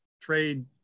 trade